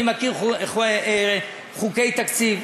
אני מכיר חוקי תקציב,